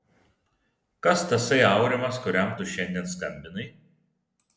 kas tasai aurimas kuriam tu šiandien skambinai